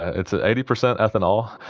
it's ah eighty percent ethanol,